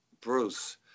Bruce